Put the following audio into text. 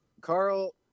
Carl